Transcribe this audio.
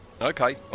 Okay